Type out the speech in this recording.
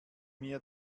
mir